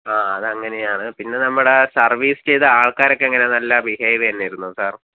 ആ അത് അങ്ങനെയാണ് പിന്നെ നമ്മുടെ സർവീസ് ചെയ്ത ആൾക്കാരൊക്കെ എങ്ങനെ നല്ല ബിഹേവ് തന്നെയായിരുന്നോ സാർ